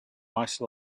ice